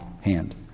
hand